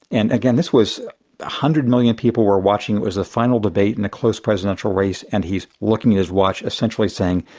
and again, this was one hundred million people were watching, it was the final debate in a close presidential race, and he's looking at his watch, essentially saying,